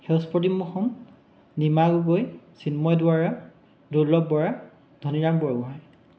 সেউজ প্ৰতিম অসম নিমা গগৈ চিন্ময় দুৱৰা দুৰ্লভ বৰা ধনীৰাম বৰগোহাঁই